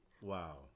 Wow